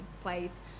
plates